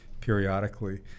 periodically